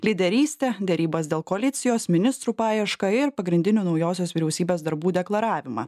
lyderystę derybas dėl koalicijos ministrų paiešką ir pagrindinių naujosios vyriausybės darbų deklaravimą